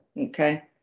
okay